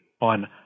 on